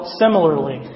similarly